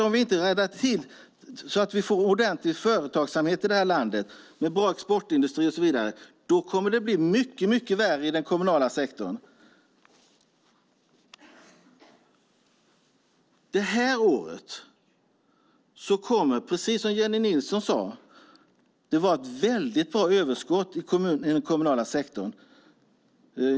Om vi inte ser till att få företagsamhet i vårt land med bra exportindustri och så vidare kommer det att bli mycket värre i den kommunala sektorn. I år kommer det, som Jennie Nilsson sade, att vara ett bra överskott i den kommunala sektorn.